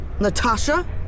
Natasha